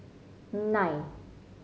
nine